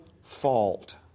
fault